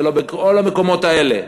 ולא בכל המקומות האלה.